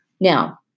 now